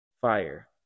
fire